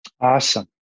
Awesome